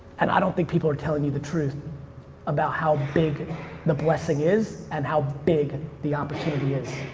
and i don't think people are telling you the truth about how big the blessing is, and how big the opportunity is.